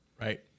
Right